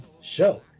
show